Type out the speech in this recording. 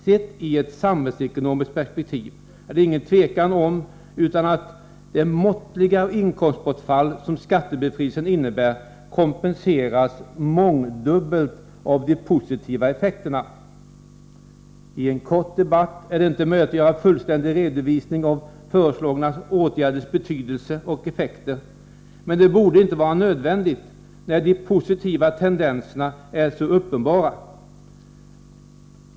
Sett i ett samhällsekonomiskt perspektiv är det ingen tvekan om att det måttliga inkomstbortfall som skattebefrielsen innebär kompenseras mångdubbelt av de positiva effekterna. I en kort debatt är det inte möjligt att göra en fullständig redovisning av föreslagna åtgärders betydelse och effekter, men det borde inte vara nödvändigt när de positiva tendenserna är så uppenbara som de är.